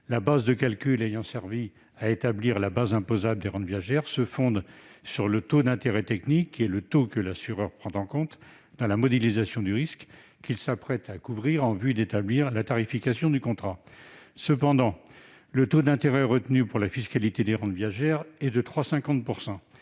La base de calcul qui a servi à établir la part imposable des rentes viagères se fonde sur le taux d'intérêt technique, c'est-à-dire le taux que l'assureur prend en compte dans la modélisation du risque qu'il s'apprête à couvrir, en vue d'établir la tarification du contrat. Cependant, le taux d'intérêt retenu pour la fiscalité des rentes viagères, à 3,50